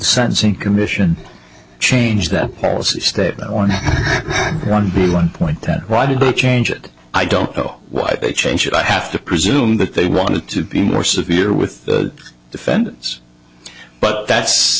sense commission change that policy statement or not on the one point that why did they change it i don't know why they changed it i have to presume that they wanted to be more severe with the defendants but that's